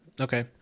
Okay